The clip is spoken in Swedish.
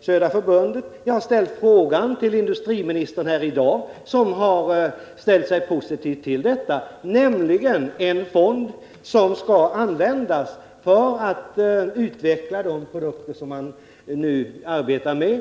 Södra förbundet. Jag har ställt frågan också till industriministern här i dag, vilken har ställt sig positiv till en fond, som skall användas för att utveckla de produkter som man nu arbetar med.